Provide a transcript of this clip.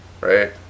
right